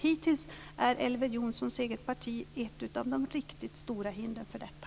Hittills är Elver Jonssons eget parti ett av de riktigt stora hindren för detta.